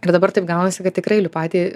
ir dabar taip gaunasi kad tikrai liu paty